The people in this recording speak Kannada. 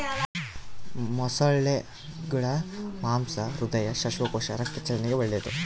ಮೊಸಳೆಗುಳ ಮಾಂಸ ಹೃದಯ, ಶ್ವಾಸಕೋಶ, ರಕ್ತ ಚಲನೆಗೆ ಒಳ್ಳೆದು